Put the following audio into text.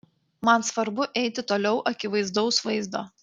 man svarbu eiti toliau akivaizdaus vaizdo